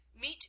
Meet